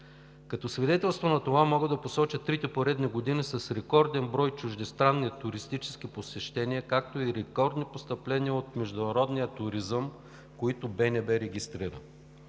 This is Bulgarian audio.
Като свидетелство за това мога да посоча трите поредни години с рекорден брой чуждестранни туристически посещения, както и рекордни постъпления от международния туризъм, които БНБ регистрира.